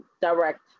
Direct